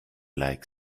like